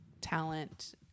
talent